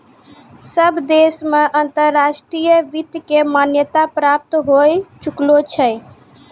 सब देश मे अंतर्राष्ट्रीय वित्त के मान्यता प्राप्त होए चुकलो छै